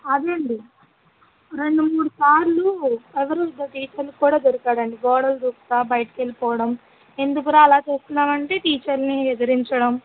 అదేండి రెండు మూడు సార్లు ఎవరో ఇద్దరు టీచర్లకి కూడా దొరికాడండి గోడలు దూకుతూ బయటకెళ్ళిపోవడం ఎందుకురా అలా చేస్తున్నావంటే టీచర్ని ఎదిరించడం